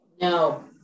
No